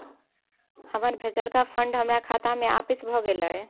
हमर भेजलका फंड हमरा खाता में आपिस भ गेलय